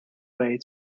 way